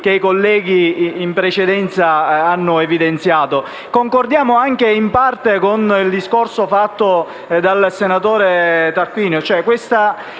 che i colleghi in precedenza hanno evidenziato. Concordiamo in parte con il discorso fatto dal senatore Tarquinio: